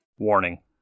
Warning